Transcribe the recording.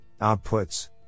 outputs